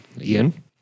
Ian